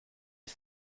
est